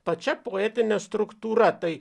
pačia poetine struktūra tai